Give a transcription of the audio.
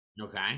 okay